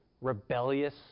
rebellious